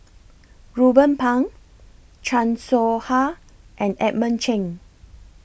Ruben Pang Chan Soh Ha and Edmund Cheng